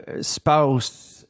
spouse